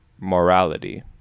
morality